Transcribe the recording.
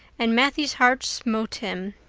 and matthew's heart smote him.